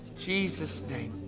jesus name.